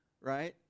right